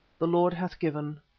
the lord hath given,